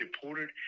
deported